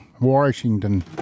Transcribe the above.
Washington